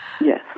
Yes